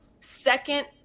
second